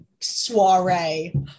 soiree